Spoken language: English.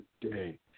today